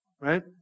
right